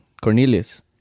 cornelius